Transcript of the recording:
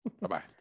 Bye-bye